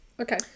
Okay